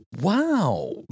Wow